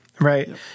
Right